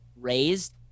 raised